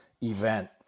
event